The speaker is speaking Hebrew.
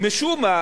משום מה